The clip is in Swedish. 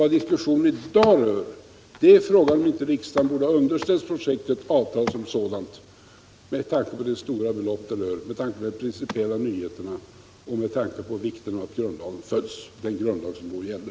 Vad diskussionen i dag rör är frågan, om riksdagen inte borde ha underställts projektet och avtalet som sådant med tanke på det stora belopp det rör sig om, med tanke på de principiella nyheterna och med tanke på vikten av att grundlagen följs — den grundlag som då gällde.